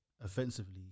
offensively